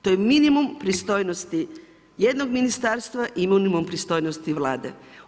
To je minimum pristojnosti jednog ministarstva i minimum pristojnosti Vlade.